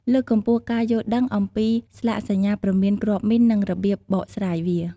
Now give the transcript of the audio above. លើកកម្ពស់ការយល់ដឹងអំពីស្លាកសញ្ញាព្រមានគ្រាប់មីន និងរបៀបបកស្រាយវា។